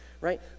right